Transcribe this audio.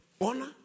honor